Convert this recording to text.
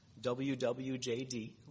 WWJD